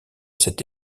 cet